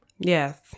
Yes